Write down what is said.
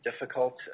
difficult